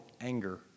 anger